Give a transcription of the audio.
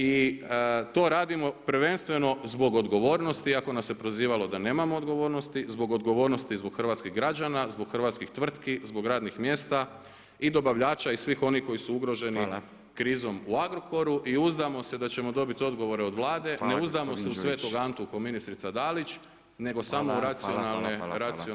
I to radimo prvenstveno zbog odgovornosti iako nas se prozivalo da nemamo odgovornosti, zbog odgovornosti zbog hrvatskih građana, zbog hrvatskih tvrtki, zbog radnih mjesta i dobavljača i svih onih koji su ugroženi krizom u Agrokoru i uzdamo se da ćemo dobiti odgovore od Vlade, ne uzdamo se u Sv. Antu kao ministrica Dalić nego samo u racionalne stvari.